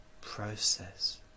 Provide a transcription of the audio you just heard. process